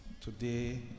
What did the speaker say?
today